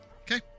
Okay